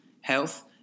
health